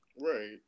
Right